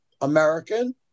American